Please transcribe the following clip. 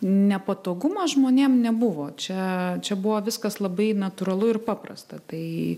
nepatogumas žmonėm nebuvo čia čia buvo viskas labai natūralu ir paprasta tai